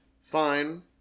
Fine